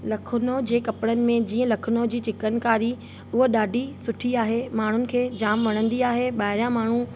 लखनऊ जे कपिड़नि में जीअं लखनऊ जी चिकनकारी उहा ॾाढी सुठी आहे माण्हुनि खे जामु वणंदी आहे ॿाहिरियां माण्हू